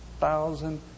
thousand